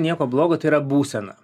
nieko blogo tai yra būsena